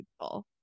people